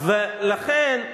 לכן,